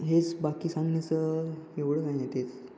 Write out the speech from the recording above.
हेच बाकी सांगण्याचं एवढं काही नाही तेच